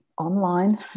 online